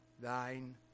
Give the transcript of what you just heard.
thine